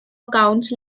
accounts